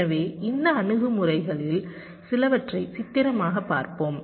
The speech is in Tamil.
எனவே இந்த அணுகுமுறைகளில் சிலவற்றை சித்திரமாகப் பார்ப்போம்